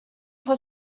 was